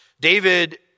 David